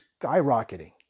skyrocketing